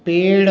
पेड़